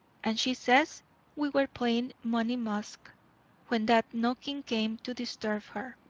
and she says we were playing money musk when that knocking came to disturb her.